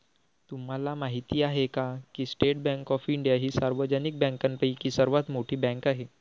तुम्हाला माहिती आहे का की स्टेट बँक ऑफ इंडिया ही सार्वजनिक बँकांपैकी सर्वात मोठी बँक आहे